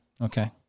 Okay